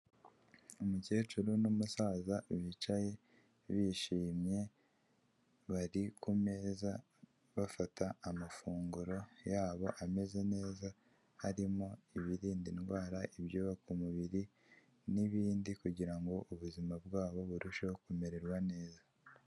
Umukecuru n'umusaza bicaye bishimye, bari ku meza bafata amafunguro yabo ameze neza, harimo ibirinda indwara, ibyubaka umubiri n'ibindi kugira ngo ubuzima bwabo burusheho kumererwa neza.